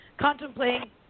contemplating